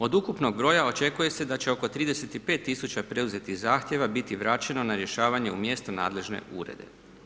Od ukupnog broja očekuje se da će oko 35 tisuća preuzetih zahtjeva biti vraćeno na rješavanje u mjesno nadležne urede.